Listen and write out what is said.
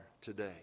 today